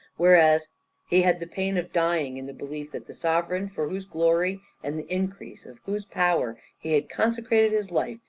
whereas he had the pain of dying in the belief that the sovereign for whose glory and the increase of whose power he had consecrated his life,